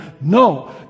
no